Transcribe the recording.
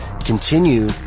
continue